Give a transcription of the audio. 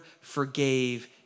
forgave